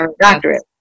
doctorate